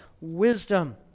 Wisdom